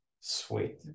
sweet